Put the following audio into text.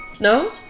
no